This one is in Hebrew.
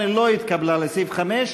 28, לסעיף 5,